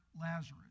Lazarus